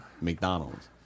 McDonald's